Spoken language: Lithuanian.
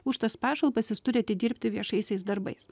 už tas pašalpas jis turi atidirbti viešaisiais darbais